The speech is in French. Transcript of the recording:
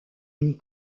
une